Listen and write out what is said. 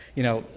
you know,